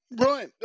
Right